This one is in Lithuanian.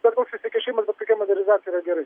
bet koks įsikišimas bet kokia modernizacija yra gerai